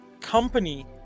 company